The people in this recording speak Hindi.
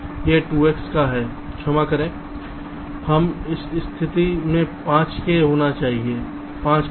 यह 2 X का है क्षमा करें यह उस स्थिति में 5 k होना चाहिए 5 बार